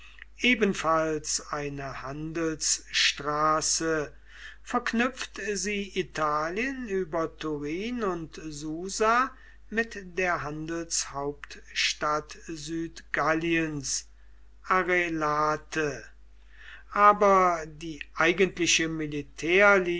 ebenfalls eine handelsstraße verknüpft sie italien über turin und susa mit der handelshauptstadt südgalliens arelate aber die eigentliche